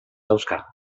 dauzka